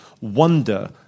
wonder